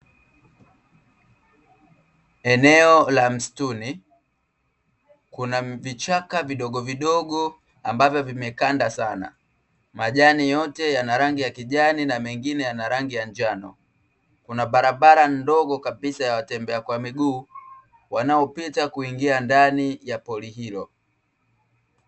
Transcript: Eneo la msituni, kuna vichaka vidogovidogo ambavyo vimekanda sana, majani yote yana rangi ya kijani na mengine yana rangi ya njano. Kuna barabara ndogo kabisa ya watembea kwa miguu wanaopita kuingia ndani ya pori hilo.